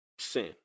Sin